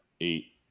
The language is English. eight